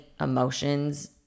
emotions